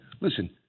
Listen